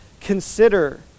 Consider